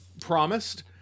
promised